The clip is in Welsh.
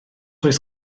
oes